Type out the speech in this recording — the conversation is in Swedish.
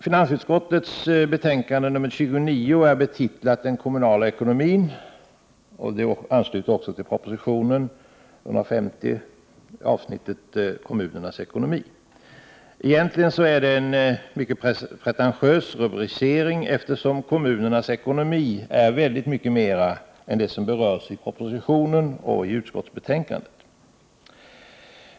Finansutskottets betänkande nr 29 är betitlat ”Den kommunala ekonomin”, vilket också ansluter till proposition 150, avsnittet Kommunernas ekonomi. Egentligen är det en mycket pretentiös rubricering, eftersom kommunernas ekonomi är väldigt mycket mera än det som berörs i propositionen och utskottsbetänkandet.